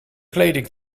kleding